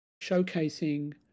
showcasing